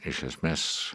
iš esmės